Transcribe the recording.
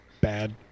bad